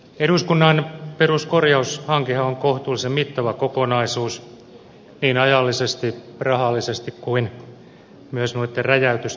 eduskunnan peruskorjaushankehan on kohtuullisen mittava kokonaisuus niin ajallisesti rahallisesti kuin myös noitten räjäytysten osalta